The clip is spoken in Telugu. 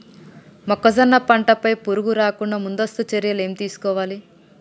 మొక్కజొన్న పంట పై పురుగు రాకుండా ముందస్తు చర్యలు ఏం తీసుకోవాలి?